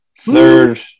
third